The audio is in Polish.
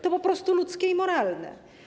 To po prostu ludzkie i moralne.